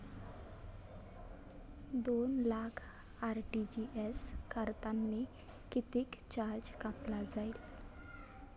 दोन लाख आर.टी.जी.एस करतांनी कितीक चार्ज कापला जाईन?